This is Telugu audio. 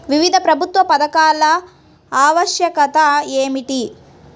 వివిధ ప్రభుత్వ పథకాల ఆవశ్యకత ఏమిటీ?